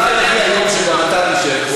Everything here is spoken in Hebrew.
אולי יגיע היום שגם אתה תשב פה,